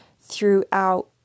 throughout